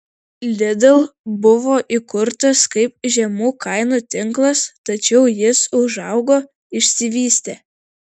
lidl buvo įkurtas kaip žemų kainų tinklas tačiau jis užaugo išsivystė